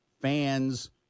fans